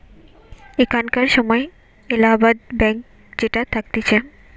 এখানকার সময় এলাহাবাদ ব্যাঙ্ক যেটা থাকতিছে